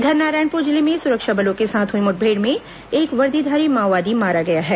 इधर नारायणपुर जिले में सुरक्षा बलों के साथ हई मुठभेड़ में एक वर्दीधारी माओवादी मारा गया है